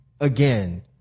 again